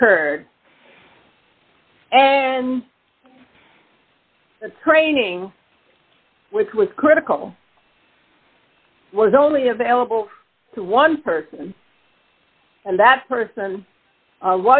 occurred and the training which was critical was only available to one person and that person